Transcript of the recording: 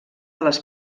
les